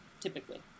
typically